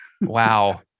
Wow